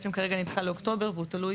הוא נדחה כרגע לאוקטובר והוא תלוי